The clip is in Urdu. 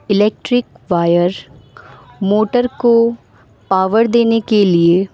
الیکٹرک وائر موٹر کو پاور دینے کے لیے